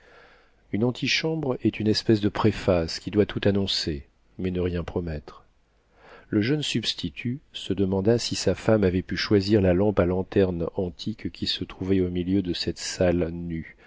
une antichambre est une espèce de préface qui doit tout annoncer mais ne rien promettre le jeune substitut se demanda si sa femme avait pu choisir la lampe à lanterne antique qui se trouvait au milieu de cette salle nue